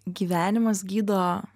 gyvenimas gydo